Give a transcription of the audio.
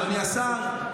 אדוני השר,